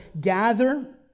gather